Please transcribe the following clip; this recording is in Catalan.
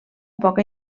poca